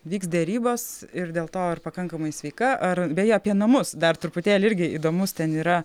vyks derybos ir dėl to ar pakankamai sveika ar beje apie namus dar truputėlį irgi įdomus ten yra